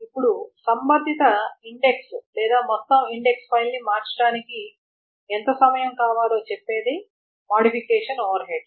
ఇప్పుడు సంబంధిత ఇండెక్స్ లేదా మొత్తం ఇండెక్స్ ఫైల్ని మార్చడానికి ఎంత సమయం కావాలో చెప్పేది మోడిఫికేషన్ ఓవర్హెడ్